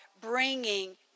bringing